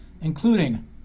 including